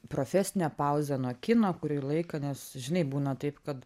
profesine pauzę nuo kino kurį laiką nes žinai būna taip kad